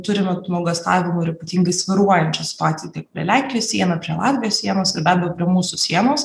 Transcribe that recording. turime tų nuogąstavimų ir ypatingai svyruojančią situaciją tiek prie lenkijos sienų tiek prie latvijos sienos ir be abejo prie mūsų sienos